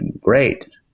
great